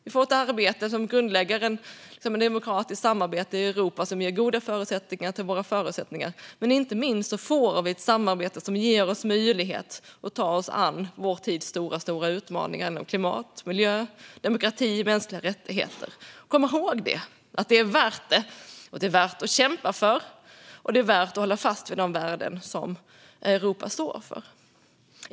Vi får ett arbete som grundlägger ett demokratiskt samarbete i Europa och ger oss goda förutsättningar. Inte minst får vi ett samarbete som ger oss möjlighet att ta oss an vår tids stora utmaningar inom klimat, miljö, demokrati och mänskliga rättigheter. Kom ihåg det - att det är värt det! Det är värt att kämpa för och hålla fast vid de värden som Europa står för.